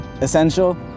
essential